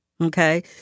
Okay